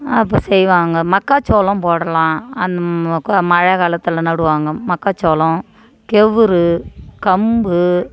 அப்போ செய்வாங்க மக்கா சோளம் போடலாம் அந்த மழை காலத்தில் நடுவாங்க மக்கா சோளம் கேவுரு கம்பு